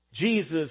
Jesus